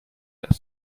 себя